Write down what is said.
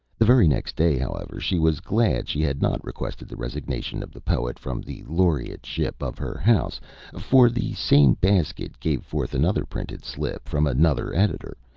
the very next day, however, she was glad she had not requested the resignation of the poet from the laureateship of her house for the same basket gave forth another printed slip from another editor,